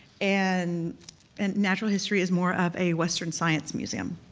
and and natural history is more of a western science museum.